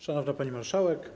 Szanowna Pani Marszałek!